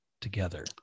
together